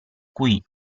cui